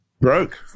broke